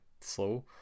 slow